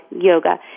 yoga